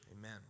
Amen